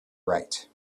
right